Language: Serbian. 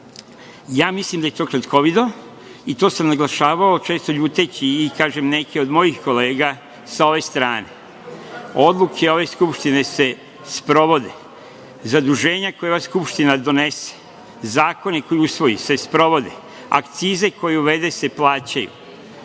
Mislim da je to kratkovido, i to sam naglašavao, često ljuteći i neke od mojih kolega sa ove strane. Odluke ove Skupštine se sprovode. Zaduženja koje ova Skupština donese, zakone koje usvoji se sprovode. Uvedene akcize se plaćaju.